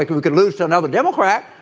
like we we could lose to another democrat.